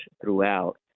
throughout